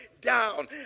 down